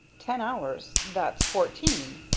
ten hours that's fourteen.